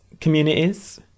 communities